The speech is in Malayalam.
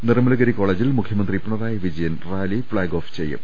നിർമ്മലഗിരി കോളജിൽ മുഖ്യമന്ത്രി Pinarayi Vijayan rally flag off ചെയ്യും